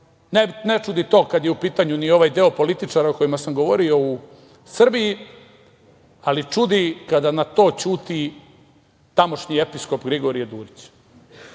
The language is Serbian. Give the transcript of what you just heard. ne čudi to kada je u pitanju ni ovaj deo političara o kojima sam govorio u Srbiji, ali čudi kada na to ćuti tamošnji episkop Grigorije Durić,